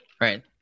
right